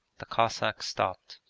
the cossack stopped.